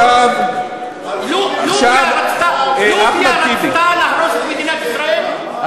עכשיו, אחמד טיבי, לוב רצתה להרוס את מדינת ישראל?